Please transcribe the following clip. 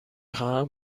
خواهم